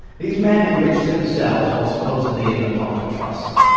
these men enrich themselves while supposedly in the public trust.